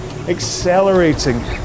accelerating